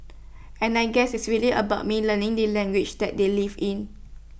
and I guess it's really about me learning the language that they live in